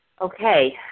Okay